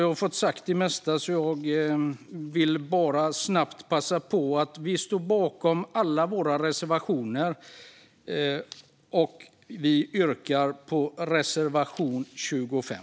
Jag har fått det mesta sagt, så jag vill bara snabbt passa på att säga att vi står bakom alla våra reservationer men att jag yrkar bifall endast till reservation 25.